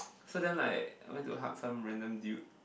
so then like I went to hug some random dude